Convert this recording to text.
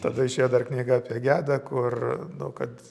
tada išėjo dar knyga apie gedą kur nu kad